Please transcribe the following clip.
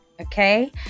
okay